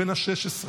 בן 16,